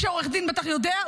מי שעורך דין בטח יודע,